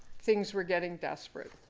things were getting desperate.